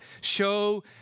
show